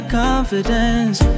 confidence